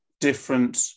different